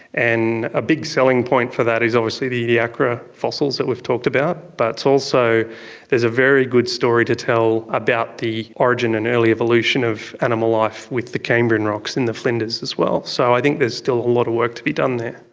and a big selling point for that is obviously the ediacara fossils that we've talked about, but also there's a very good story to tell about the origin and early evolution of animal life with the cambrian rocks in the flinders as well. so i think there's still a lot of work to be done there.